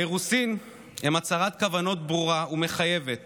האירוסין הם הצהרת כוונות ברורה ומחייבת